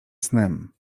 snem